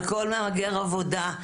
על כל מהגר עבודה,